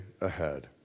ahead